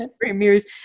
mirrors